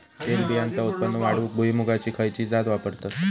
तेलबियांचा उत्पन्न वाढवूक भुईमूगाची खयची जात वापरतत?